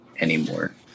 anymore